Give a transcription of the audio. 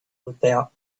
without